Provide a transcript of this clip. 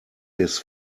his